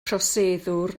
troseddwr